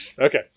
Okay